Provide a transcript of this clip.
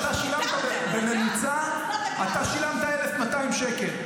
אתה שילמת בממוצע 1,200 שקל,